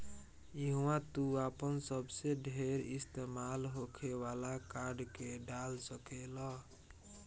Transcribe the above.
इहवा तू आपन सबसे ढेर इस्तेमाल होखे वाला कार्ड के डाल सकेल